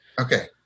Okay